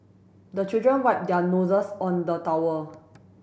the children wipe their noses on the towel